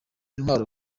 intwaro